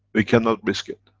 we cannot risk it.